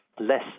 less